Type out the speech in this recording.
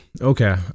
Okay